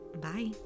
Bye